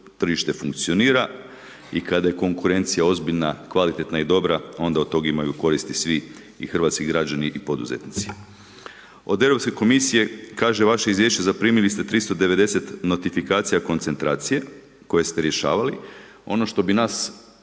tržište funkcionira i kada konkurencija je ozbiljna, kvalitetna i dobra, onda od toga imaju koristi svi, i hrvatski građani i poduzetnici. Od Europske komisije kaže vaše izvješće, zaprimili ste 390 notifikacija koncentracije koje ste rješavali. Ono što bi nas